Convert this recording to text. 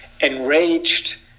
enraged